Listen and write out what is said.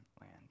land